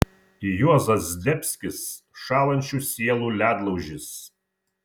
juozas zdebskis šąlančių sielų ledlaužis